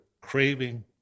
craving